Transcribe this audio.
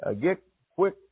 get-quick